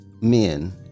men